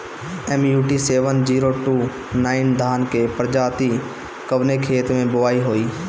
MUT seven zero two nine धान के प्रजाति कवने खेत मै बोआई होई?